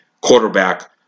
quarterback